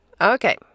Okay